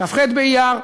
כ"ח באייר,